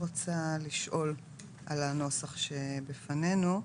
לשאול על הנוסח שלפנינו.